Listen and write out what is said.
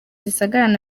gisagara